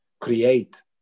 create